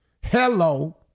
Hello